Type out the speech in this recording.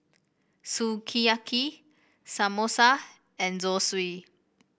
Sukiyaki Samosa and Zosui